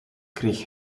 kreeg